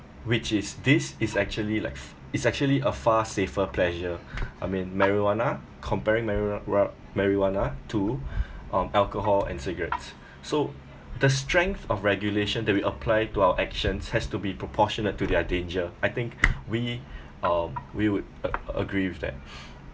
which is this is actually like f~ is actually a far safer pleasure I mean marijuana comparing marirua~ marijuana to um alcohol and cigarettes so the strength of regulation that we apply to our actions has to be proportionate to their danger I think we um we would ag~ agree with that